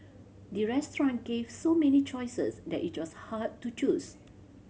the restaurant gave so many choices that it was hard to choose